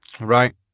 right